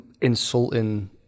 insulting